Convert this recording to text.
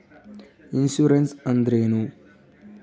Insurance ಅಂದ್ರೇನು?